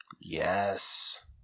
Yes